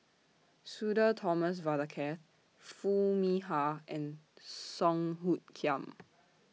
Sudhir Thomas Vadaketh Foo Mee Har and Song Hoot Kiam